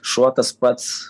šuo tas pats